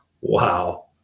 wow